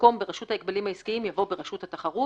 במקום "ברשות הגבלים עסקיים" יבוא "ברשות התחרות"